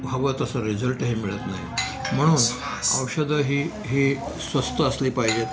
हवं तसा असं रिझल्ट हे मिळत नाही म्हणून औषधं ही ही स्वस्त असली पाहिजेत